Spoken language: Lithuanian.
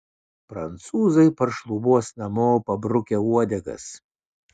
prancūzai paršlubuos namo pabrukę uodegas